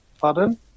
Pardon